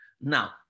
Now